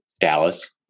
Dallas